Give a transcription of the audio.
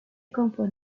compone